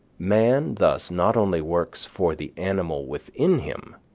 man thus not only works for the animal within him,